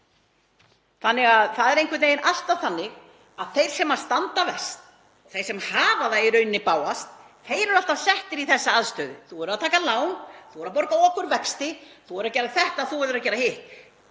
höfuðið. Það er einhvern veginn alltaf þannig að þeir sem standa verst, þeir sem hafa það í rauninni bágast, eru alltaf settir í þessa aðstöðu. Þú verður að taka lán, þú verður að borga okurvexti, þú verður að gera þetta, þú verður að gera hitt.